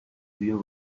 deal